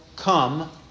come